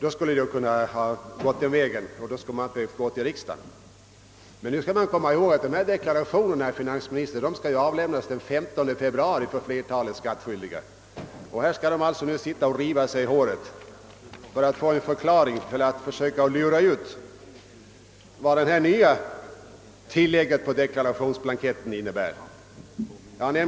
I så fall skulle regeringen inte behöva gå till riksdagen. Nu skall man emellertid komma ihåg, herr finansminister, att flertalet skattskyldiga skall avlämna sina deklarationer senast den 15 februari. De skall nu sitta och riva sig i håret för att lura ut vad det nya tillägget på deklarationsblanketten för 1967 innebär.